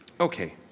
Okay